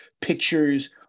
pictures